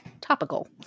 Topical